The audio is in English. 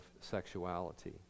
sexuality